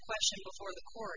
question before the court